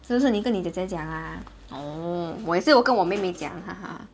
是不是你跟你姐姐讲啊 oh 我也是有跟我妹妹讲 haha